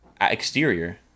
exterior